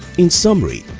in summary,